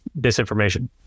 disinformation